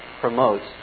promotes